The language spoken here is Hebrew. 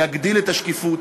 להגדיל את השקיפות,